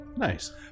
Nice